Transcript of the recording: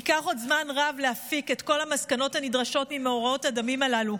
ייקח עוד זמן רב להפיק את כל המסקנות הנדרשות ממאורעות הדמים הללו,